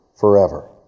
forever